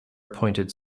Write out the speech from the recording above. appointed